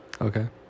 Okay